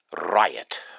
Riot